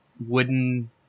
wooden